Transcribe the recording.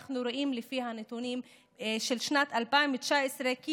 אנחנו רואים לפי הנתונים של שנת 2019 כי